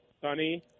sunny